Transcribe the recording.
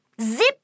Zip